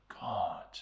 God